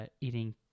eating